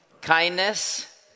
kindness